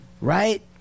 right